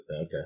Okay